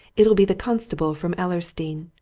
it'll be the constable from ellersdeane.